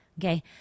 Okay